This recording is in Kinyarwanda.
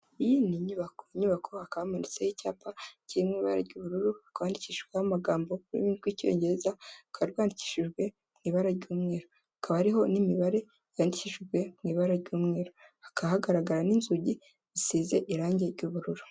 Iyi ni inyubako hakaba hamanitseho icyapa kirimo ibara ry'ubururu rwandikishishwaho amagambo ku rurimi rw'icyongereza rwa rwandikishijwe mu ibara ry'umweru hakaba ariho n'imibare yandikishijwe mu'i ibara ry'umweru hakaha hagaragara n'inzugi zisize irangi ry'ubururu.